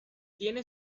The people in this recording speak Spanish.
tiene